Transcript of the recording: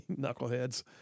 knuckleheads